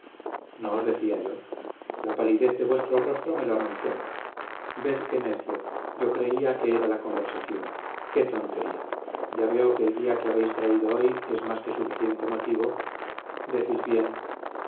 os decía yo la palidez de vuestro rostro me lo anunciaba ved qué necio yo creía que era la conversación qué tontería ya veo que el día que habéis traído hoy es más que suficiente motivo decís bien